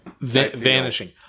vanishing